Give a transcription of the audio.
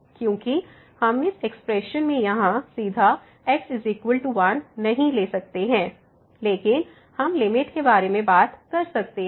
क्योंकि हम इस एक्सप्रेशन में यहां सीधाx1 नहीं ले सकते हैं लेकिन हम लिमिट के बारे में बात कर सकते हैं